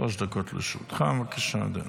שלוש דקות לרשותך,.בבקשה, אדוני.